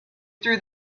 threw